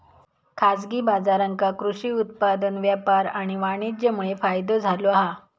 खाजगी बाजारांका कृषि उत्पादन व्यापार आणि वाणीज्यमुळे फायदो झालो हा